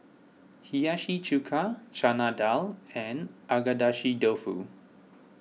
Hiyashi Chuka Chana Dal and Agedashi Dofu